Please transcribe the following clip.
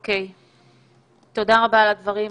--- תודה רבה על הדברים,